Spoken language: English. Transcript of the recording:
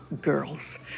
girls